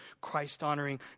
Christ-honoring